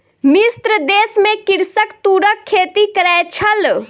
मिस्र देश में कृषक तूरक खेती करै छल